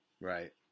Right